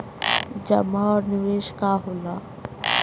जमा और निवेश का होला?